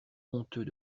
honteux